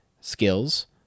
skills